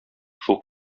шул